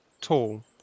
tall